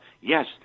yes